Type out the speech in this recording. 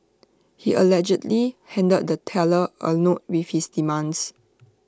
he allegedly handed the teller A note with his demands